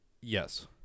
Yes